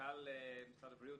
מנכ"ל משרד הבריאות